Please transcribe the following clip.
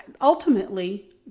ultimately